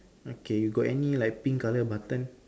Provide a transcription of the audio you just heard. okay you got any like pink colour button